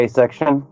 section